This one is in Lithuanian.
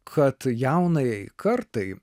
kad jaunajai kartai